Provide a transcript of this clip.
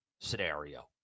scenario